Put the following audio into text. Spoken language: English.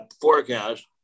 forecast